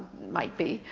might be.